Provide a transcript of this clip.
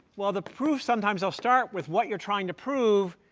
well, the proof sometimes will start with what you're trying to prove.